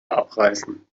abreißen